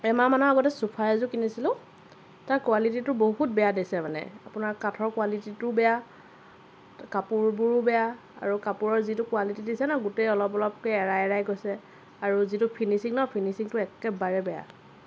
এমাহমানৰ আগতে চুফা এযোৰ কিনিছিলোঁ তাৰ কোৱালিটিটো বহুত বেয়া দিছে মানে আপোনাৰ কাঠৰ কোৱালিটিটো বেয়া কাপোৰবোৰো বেয়া আৰু কাপোৰৰ যিটো কোৱালিটি দিছে ন গোটেই অলপ অলপকৈ এৰাই এৰাই গৈছে আৰু যিটো ফিনিছিং ন ফিনিছিঙটো একেবাৰেই বেয়া